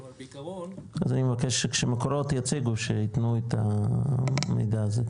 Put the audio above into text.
אבל בעיקרון --- אז אני מבקש שכשמקורות יציגו יתנו את המידע הזה.